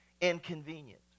inconvenient